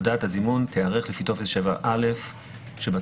הודעת הזימון תיערך לפי טופס 7א שבתוספת.